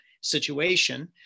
situation